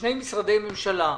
שני משרדי ממשלה,